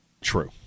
True